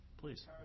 Please